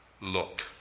look